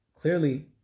clearly